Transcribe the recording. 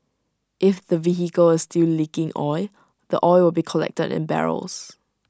if the vehicle is still leaking oil the oil will be collected in barrels